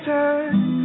time